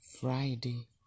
Friday